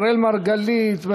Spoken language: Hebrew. אראל מרגלית,